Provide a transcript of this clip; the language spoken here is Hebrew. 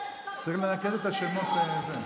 צריך לנקד את השמות.